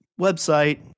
website